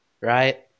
right